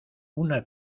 una